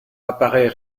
apparaît